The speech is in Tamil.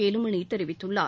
வேலுமணி தெரிவித்துள்ளார்